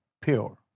pure